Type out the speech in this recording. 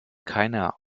keiner